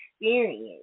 experience